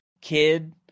kid